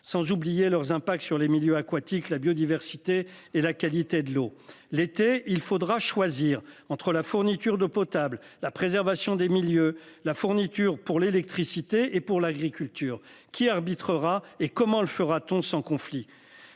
sans oublier leurs impacts sur les milieux aquatiques, la biodiversité et la qualité de l'eau l'été, il faudra choisir entre la fourniture d'eau potable, la préservation des milieux la fourniture pour l'électricité et pour l'agriculture qui arbitrera et comment elle le fera-t-on sans conflit.